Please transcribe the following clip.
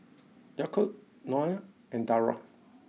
Yaakob Noah and Dara